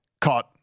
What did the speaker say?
caught